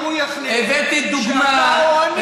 מחר בבוקר הוא יחליט שאתה או אני,